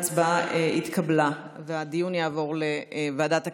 ההצבעה התקבלה והדיון יעבור לוועדת הכנסת,